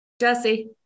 Jesse